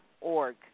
org